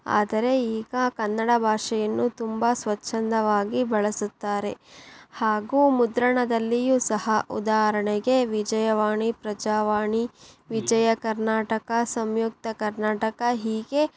ಆದರೆ ಈಗ ಕನ್ನಡ ಭಾಷೆಯನ್ನು ತುಂಬ ಸ್ವಚ್ಛಂದವಾಗಿ ಬಳಸುತ್ತಾರೆ ಹಾಗೂ ಮುದ್ರಣದಲ್ಲಿಯೂ ಸಹ ಉದಾಹರಣೆಗೆ ವಿಜಯವಾಣಿ ಪ್ರಜಾವಾಣಿ ವಿಜಯ ಕರ್ನಾಟಕ ಸಂಯುಕ್ತ ಕರ್ನಾಟಕ ಹೀಗೆ